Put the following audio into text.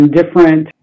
different